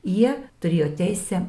jie turėjo teisę